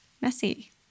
messy